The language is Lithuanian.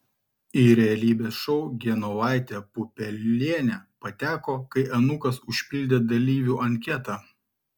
į realybės šou genovaitė pupelienė pateko kai anūkas užpildė dalyvių anketą